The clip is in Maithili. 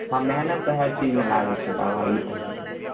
हँ मेहनत तऽ हर चीजमे लागै छै बाबा ई तऽ है